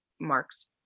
Mark's